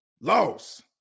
loss